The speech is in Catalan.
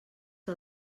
que